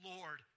Lord